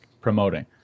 promoting